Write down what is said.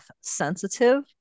sensitive